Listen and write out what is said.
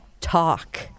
talk